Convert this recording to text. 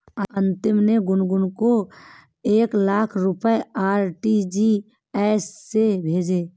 अमित ने गुनगुन को एक लाख रुपए आर.टी.जी.एस से भेजा